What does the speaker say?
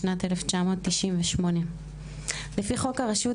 בשנת 1998. לפי חוק הרשות,